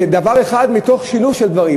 כדבר אחד מתוך שילוב של דברים.